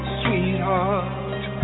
sweetheart